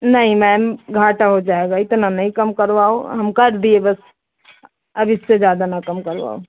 नहीं मैम घाटा हो जाएगा इतना नहीं कम करवाओ हम कर दिए बस अब इससे न कम करवाओ